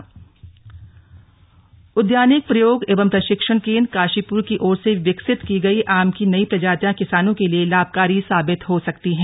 slug आम की नई प्रजाति उद्यानिक प्रयोग एवं प्रशिक्षण केंद्र काशीपुर की ओर से विकसित की गई आम की नई प्रजातियां किसानों के लिए लाभकारी साबित हो सकती हैं